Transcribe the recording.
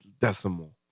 decimal